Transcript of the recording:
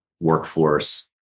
workforce